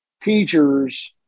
teachers